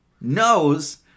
knows